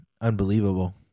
unbelievable